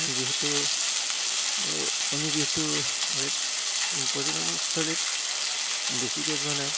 যিহেতু আমি যিহেতু হেৰিত পৰ্যটনস্থলীত বেছিকে যোৱা নাই